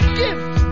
gift